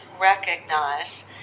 recognize